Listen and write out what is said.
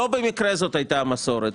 ולא במקרה זאת הייתה המסורת.